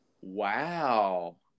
Wow